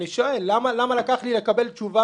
אני שואל: למה לקח לי חצי שנה לקבל תשובה